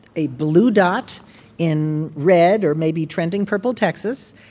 a blue dot in red or maybe trending purple texas.